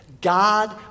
God